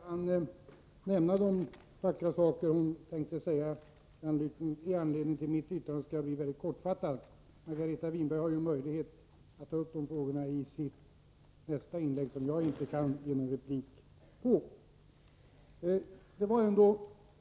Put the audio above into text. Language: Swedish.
Herr talman! Eftersom Margareta Winberg inte hann nämna de vackra saker hon tänkt säga i anledning av mitt yttrande skall jag fatta mig mycket kort. Margareta Winberg har möjlighet att ta upp de frågorna i sitt nästa inlägg, som jag inte kan ge någon replik på. Hon förde fram